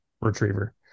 retriever